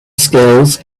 skills